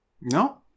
No